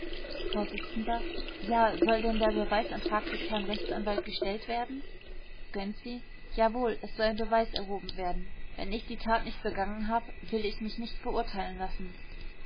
vors ja soll denn der beweisantrag des herrn rechtsanwalts gestellt werden gönczi jawohl es soll beweis erhoben werden wenn ich die tat nicht begangen hab will ich mich nicht verurteilen lassen